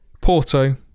Porto